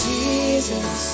Jesus